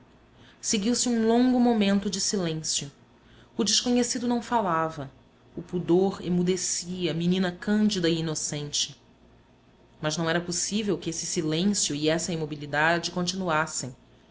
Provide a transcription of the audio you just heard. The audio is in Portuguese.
seguiu-se um longo momento de silêncio o desconhecido não falava o pudor emudecia a menina cândida e inocente mas não era possível que esse silêncio e essa imobilidade continuassem